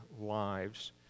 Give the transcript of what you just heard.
lives